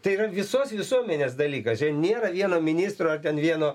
tai yra visos visuomenės dalykas čia nėra vieno ministro ar ten vieno